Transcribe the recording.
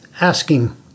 asking